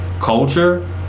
culture